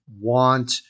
want